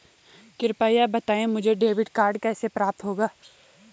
कृपया बताएँ मुझे डेबिट कार्ड कैसे प्राप्त होगा?